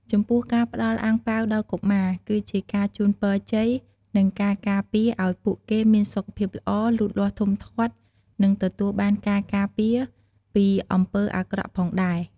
ចំពោះការផ្ដល់អាំងប៉ាវដល់កុមារ គឺជាការជូនពរជ័យនិងការការពារឱ្យពួកគេមានសុខភាពល្អ លូតលាស់ធំធាត់ និងទទួលបានការការពារពីអំពើអាក្រក់ផងដែរ។